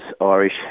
Irish